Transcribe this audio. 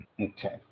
Okay